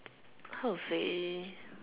how to say